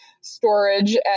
storage